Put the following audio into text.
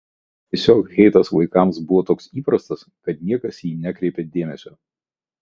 tiesiog heitas vaikams buvo toks įprastas kad niekas į jį nekreipė dėmesio